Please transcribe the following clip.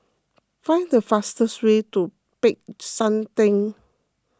find the fastest way to Peck San theng